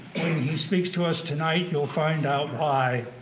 he speaks to us tonight, you will find out why.